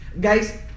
guys